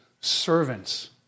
servants